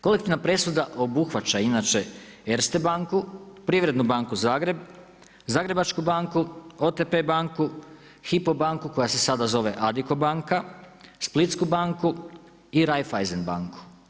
Kolektivna presuda obuhvaća inače Erste banku, Privrednu banku Zagreb, Zagrebačku banku, OTP banku Hypo banku koja se sada zove Adico banka, Splitsku banku i Reifeeisen banku.